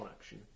action